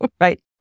right